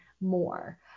more